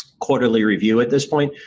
quarterly review at this point.